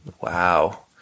wow